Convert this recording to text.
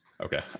Okay